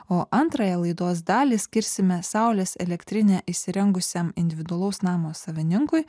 o antrąją laidos dalį skirsime saulės elektrinę įsirengusiam individualaus namo savininkui